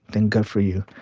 then good for you.